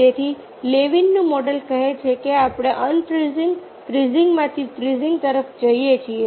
તેથી લેવિનનું મોડેલ કહે છે કે આપણે અનફ્રીઝિંગ ફ્રીઝિંગમાંથી ફ્રીઝિંગ તરફ જઈએ છીએ